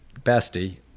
bestie